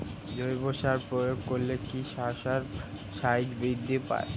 জৈব সার প্রয়োগ করলে কি শশার সাইজ বৃদ্ধি পায়?